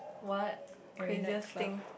what craziest thing